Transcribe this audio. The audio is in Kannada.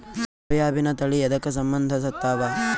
ಸೋಯಾಬಿನ ತಳಿ ಎದಕ ಸಂಭಂದಸತ್ತಾವ?